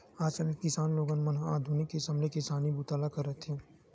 आजकाल के किसान लोगन मन ह आधुनिक किसम ले किसानी बूता ल करत हे